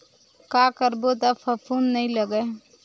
का करबो त फफूंद नहीं लगय?